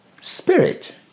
spirit